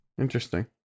Interesting